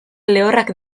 lehorrak